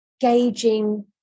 gauging